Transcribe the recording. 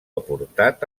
aportat